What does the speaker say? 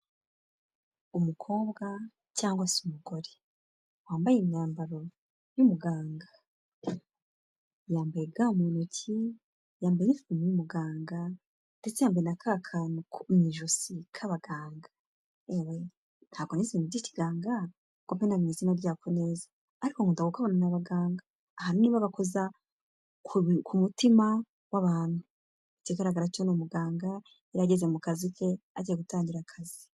Umukobwa cyanga se umugore wambaye imyambaro y'umuganga. Yambaye ga mu ntoki, yambaye inifomu y'umuganga ndetse yambaye na ka kantu mu ijosi k'abaganga. Yewe! Ntabwo nize ibintu by'ikiganga ngo mbe namenya izina ryako neza ariko nkunda kukabona abaganga. Ahanini bagakoza ku mutima w'abantu. Ikigaragara cyo ni umuganga yari ageze kazi ke, agiye gutangira akazi.